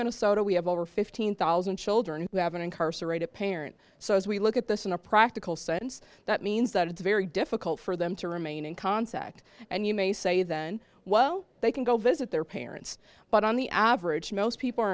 minnesota we have over fifteen thousand children who have been incarcerated parent so as we look at this in a practical sense that means that it's very difficult for them to remain in contact and you may say then well they can go visit their parents but on the average most people are